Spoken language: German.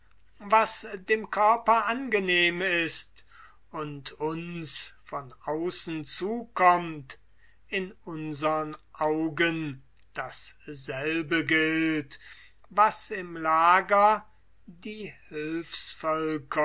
was dem körper angenehm ist und uns von außen zukommt in unsern augen dasselbe gilt was im lager die